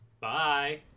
Bye